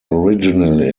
originally